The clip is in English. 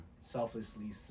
selflessly